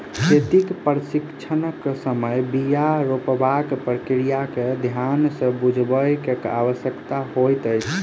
खेतीक प्रशिक्षणक समय बीया रोपबाक प्रक्रिया के ध्यान सँ बुझबअ के आवश्यकता होइत छै